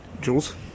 Jules